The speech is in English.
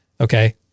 Okay